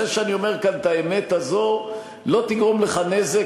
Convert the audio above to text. זה שאני אומר כאן את האמת הזו לא יגרום לך נזק,